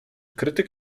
krytyk